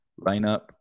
lineup